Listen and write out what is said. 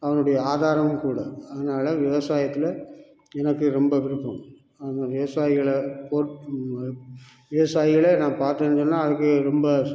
அவனுடைய ஆதாரமும் கூட அதனால் விவசாயத்தில் எனக்கு ரொம்ப விருப்பம் அந்த விவசாயிகளை போட் விவசாயிகளை நான் பார்த்தேன் சொன்னால் அதுக்கு ரொம்ப